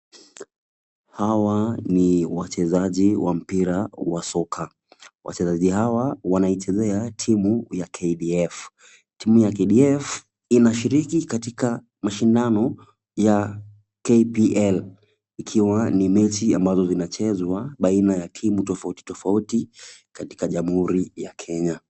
Hawa ni wachezaji wa mpira wa soka. Wachezaji hawa wanaichezea timu ya KDF. Timu ya KDF inashiriki katika mashindano ya KPL ikiwa ni mechi ambazo zinachezwa baina ya timu tofauti tofauti katika jamhuri ya Kenya.